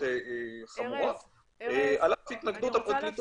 על אף התנגדות הפרקליטות.